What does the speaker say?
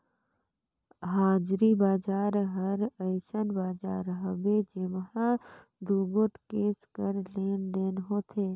हाजरी बजार हर अइसन बजार हवे जेम्हां दुगोट देस कर लेन देन होथे